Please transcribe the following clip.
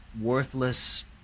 worthless